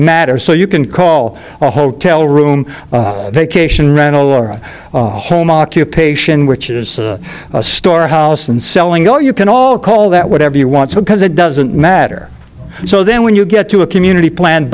matter so you can call a hotel room vacation rental or home occupation which is a storehouse and selling all you can all call that whatever you want to because it doesn't matter so then when you get to a community plan